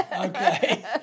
Okay